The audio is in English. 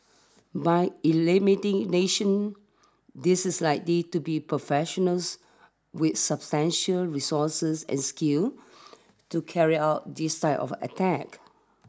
by this is likely to be professionals with substantial resources and skill to carry out this type of attack